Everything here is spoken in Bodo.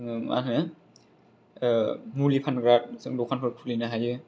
जोङो मा होनो मुलि फानग्रा जों दखानफोर खुलिनो हायो